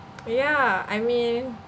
ya I mean